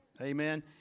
Amen